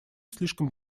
слишком